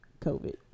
COVID